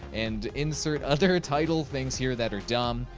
and insert other title things here that are dumb.